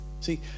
see